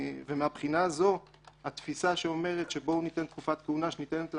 ומהבחינה הזאת התפיסה שאומרת: בואו ניתן תקופת כהונה שניתנת להארכה,